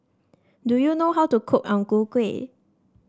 do you know how to cook Ang Ku Kueh